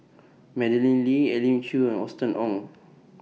Madeleine Lee Elim Chew and Austen Ong